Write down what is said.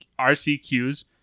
RCQs